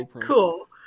Cool